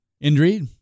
Indeed